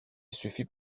suffit